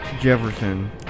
Jefferson